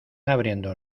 abriendo